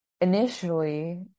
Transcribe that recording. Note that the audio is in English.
initially